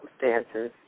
circumstances